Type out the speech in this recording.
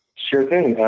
sure thing.